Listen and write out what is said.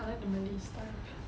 I like the malay style